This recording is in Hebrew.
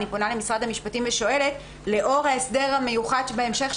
אני שואלת את משרד המשפטים לאור ההסדר המיוחד בהמשך,